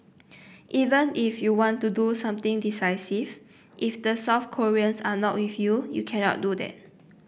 even if you want to do something decisive if the South Koreans are not with you you can't do that